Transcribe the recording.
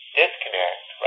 disconnect